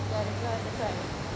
ya that's ri~ that's why